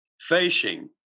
Facing